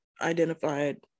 identified